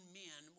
men